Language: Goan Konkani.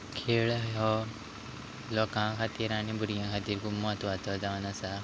खेळ हो लोकां खातीर आनी भुरग्यां खातीर खूब म्हत्वाचो जावन आसा